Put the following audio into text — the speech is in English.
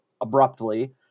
abruptly